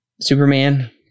Superman